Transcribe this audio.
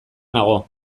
nago